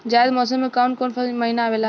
जायद मौसम में काउन काउन महीना आवेला?